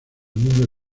mundo